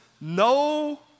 no